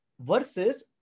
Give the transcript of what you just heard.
versus